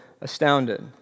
astounded